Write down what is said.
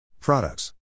Products